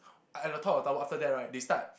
at at the top of tower after that right they start